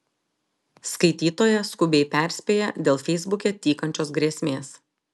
skaitytoja skubiai perspėja dėl feisbuke tykančios grėsmės